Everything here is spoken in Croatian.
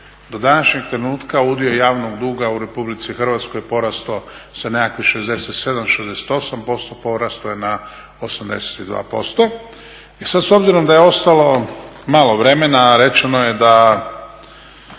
do današnjeg trenutka udio javnog duga u RH je porastao sa nekakvih 67, 68% na 82%. I sad, s obzirom da je ostalo malo vremena a rečeno je da